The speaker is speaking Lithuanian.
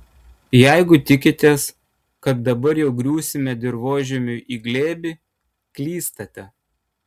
jeigu tikitės kad dabar jau griūsime dirvožemiui į glėbį klystate